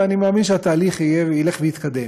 ואני מאמין שהתהליך ילך ויתקדם,